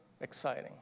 exciting